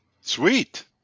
Sweet